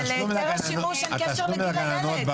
אבל להיתר השימוש אין קשר לגיל הילד.